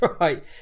right